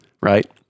right